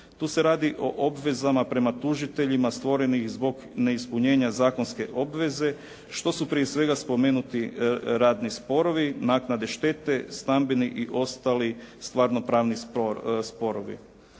Tu se radi o obvezama prema tužiteljima stvorenih zbog neispunjenja zakonske obveze što su prije svega spomenuti radni sporovi, naknade štete, stambeni i ostali stvarno pravni sporovi.